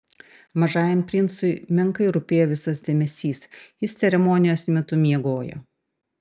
mažajam princui menkai rūpėjo visas dėmesys jis ceremonijos metu miegojo